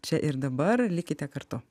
čia ir dabar likite kartu